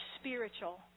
spiritual